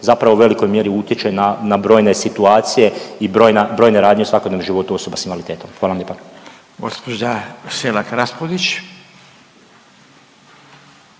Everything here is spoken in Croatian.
zapravo u velikoj mjeri utječe na brojne situacije i brojne radnje u svakodnevnom životu osoba s invaliditetom. Hvala vam lijepa.